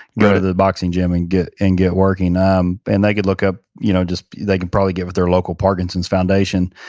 go to the boxing gym and get and get working. um and they could look up, you know just, they could probably get with their local parkinson's foundation.